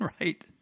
right